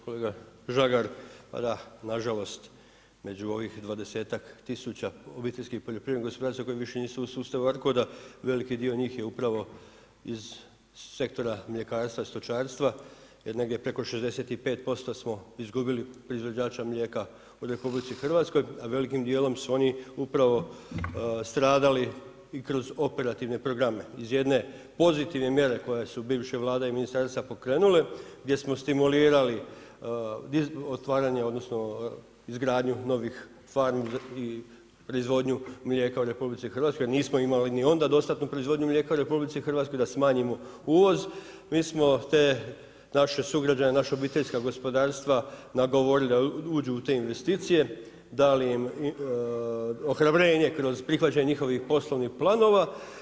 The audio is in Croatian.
Kolega Žagar pa da, na žalost, među ovih 20-tak tisuća obiteljskih poljoprivrednih gospodarstava koji više nisu u sustavu ARCOD-a veliki dio njih je upravo iz sektora mljekarstva i stočarstva jer negdje preko 65% smo izgubili proizvođača mlijeka u Republici Hrvatskoj, a velikim dijelom su oni upravo stradali i kroz operativne programe iz jedne pozitivne mjere koje su bivša Vlada i ministarstva pokrenule gdje smo stimulirali otvaranje odnosno izgradnju novih farmi i proizvodnju mlijeka u Republici Hrvatskoj jer nismo niti onda imali dostatnu proizvodnju mlijeka u Republici Hrvatskoj da smanjimo uvoz, mi smo te naše sugrađane naša obiteljska gospodarstva nagovorili da uđu u te investicije, dali im ohrabrenje kroz prihvaćanje njihovih poslovnih planova.